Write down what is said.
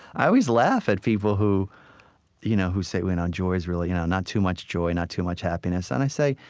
i always laugh at people who you know who say, um joy is really you know not too much joy, not too much happiness. and i say,